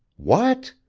what?